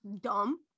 dumb